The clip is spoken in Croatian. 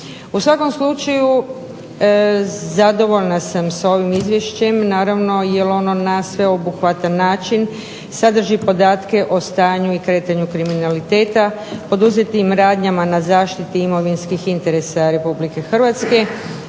U svakom slučaju zadovoljna sam s ovim Izvješćem naravno jer ono na sveobuhvatan način sadrži podatke o stanju i kretanju krimaliteta, poduzetim radnjama na zaštiti imovinskih interesa Republike Hrvatske,